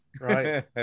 right